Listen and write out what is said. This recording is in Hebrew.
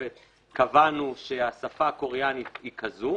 התוספת קבענו שהשפה הקוריאנית היא כזאת.